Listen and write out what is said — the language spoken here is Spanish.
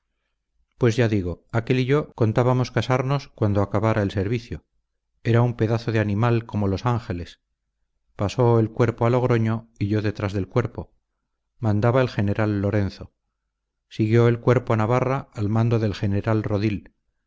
pues ya digo aquel y yo contábamos casamos cuando acabara el servicio era un pedazo de animal como los ángeles pasó el cuerpo a logroño y yo detrás del cuerpo mandaba el general lorenzo siguió el cuerpo a navarra al mando del general rodil